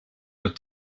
with